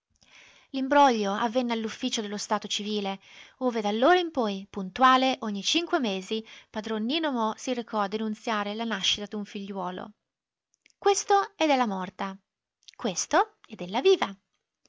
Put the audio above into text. l'imbroglio avvenne all'ufficio dello stato civile ove d'allora in poi puntuale ogni cinque mesi padron nino mo si recò a denunziare la nascita d'un figliuolo questo è della morta questo è della viva